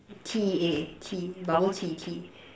T E A tea bubble tea tea